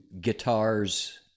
guitars